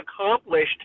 accomplished